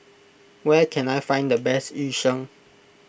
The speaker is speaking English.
where can I find the best Yu Sheng